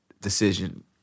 decision